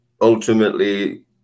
ultimately